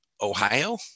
Ohio